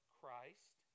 Christ